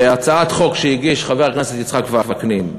בהצעת חוק שהגיש חבר הכנסת יצחק וקנין,